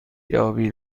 یابی